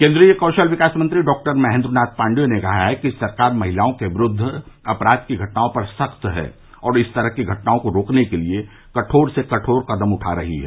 केंद्रीय कौशल विकास मंत्री डॉ महेन्द्र नाथ पांडेय ने कहा कि सरकार महिलाओं के विरूद्व अपराध की घटनाओं पर सख्त है और इस तरह की घटनआँ को रोकने के लिए कठोर से कठोर कदम उठा रही है